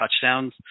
touchdowns